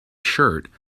shirt